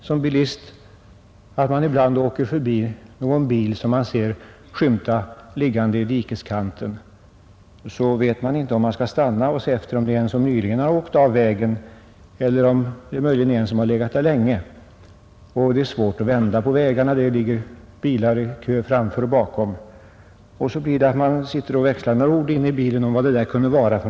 Som bilist åker man ju ibland förbi någon bil som man ser skymta i mörkret, liggande i dikeskanten, och man vet inte om man skall stanna och se efter ifall det är en bil som nyligen har åkt av vägen eller ifall det möjligen är en som har legat där länge. Det är svårt att vända på vägarna — det ligger bilar i kö framför och bakom — och så blir det inte mer än att man växlar några ord inne i bilen om vad det kunde vara.